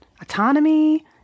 Autonomy